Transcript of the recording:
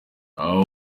aba